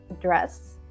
dress